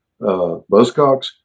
Buzzcocks